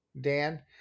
Dan